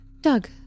Doug